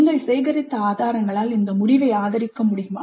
நீங்கள் சேகரித்த ஆதாரங்களால் இந்த முடிவை ஆதரிக்க முடியுமா